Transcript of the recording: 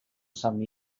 some